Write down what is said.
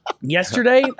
Yesterday